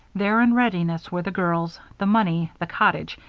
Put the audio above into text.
there, in readiness, were the girls, the money, the cottage,